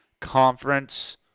conference